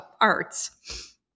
arts